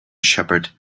shepherd